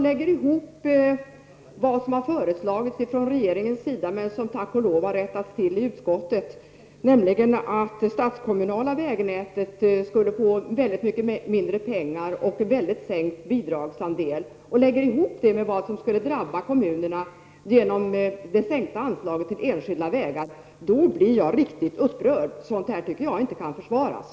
Lägger man ihop det som har föreslagits av regeringen — men som tack och lov har rättats till i utskottet, nämligen att det statskommunala vägnätet skulle få mycket mindre pengar och en avsevärt sänkt bidragsandel — med det som skulle drabba kommunerna genom det sänkta anslaget till enskilda vägar, blir jag riktigt upprörd. Sådant tycker jag inte kan försvaras.